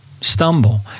stumble